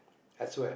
I swear